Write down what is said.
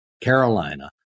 Carolina